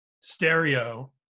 stereo